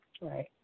right